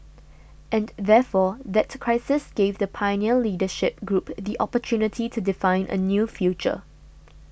and therefore that crisis gave the pioneer leadership group the opportunity to define a new future